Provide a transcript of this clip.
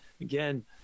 again